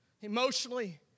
Emotionally